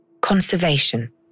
conservation